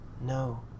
No